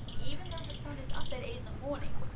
even though the sun is up at eight in the morning,